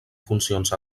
funcions